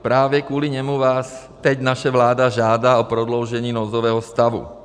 Právě kvůli němu vás teď naše vláda žádá o prodloužení nouzového stavu.